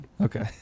Okay